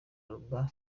alba